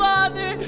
Father